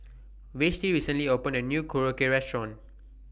Vashti recently opened A New Korokke Restaurant